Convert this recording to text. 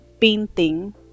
painting